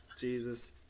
Jesus